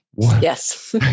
Yes